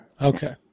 Okay